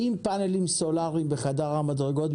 עם פאנלים סולאריים בחדר המדרגות.